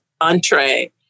entree